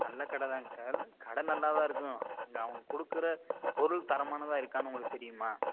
நல்ல கடைதாங் சார் கடை நல்லா தான் இருக்கும் அங்கே அவங்க கொடுக்கற பொருள் தரமானதாக இருக்கான்னு உங்களுக்கு தெரியுமா